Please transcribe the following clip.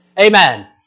Amen